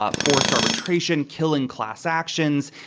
ah forced arbitration, killing class actions,